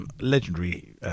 legendary